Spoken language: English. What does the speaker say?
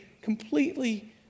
completely